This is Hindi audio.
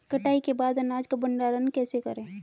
कटाई के बाद अनाज का भंडारण कैसे करें?